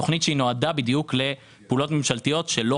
תוכנית שנועדה בדיוק לפעולות ממשלתיות שלא